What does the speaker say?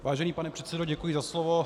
Vážený pane předsedo, děkuji za slovo.